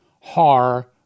Har